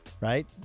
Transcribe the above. Right